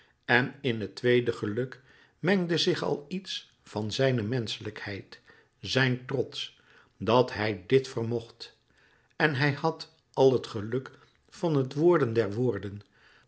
en in het tweede geluk mengde zich al iets van zijne menschelijkheid zijn trots dat hij dit vermocht en hij had al het geluk van het worden der woorden